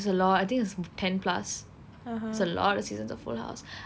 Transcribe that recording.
it's a lot I think it's some ten plus it's a lot of seasons of full house